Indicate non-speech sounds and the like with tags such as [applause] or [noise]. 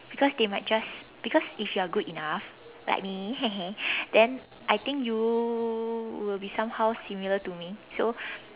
because they might just because if you're good enough like me [laughs] then I think you will be somehow similar to me so